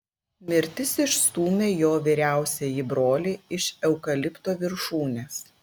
mirtis išstūmė jo vyriausiąjį brolį iš eukalipto viršūnės